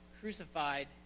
crucified